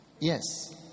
Yes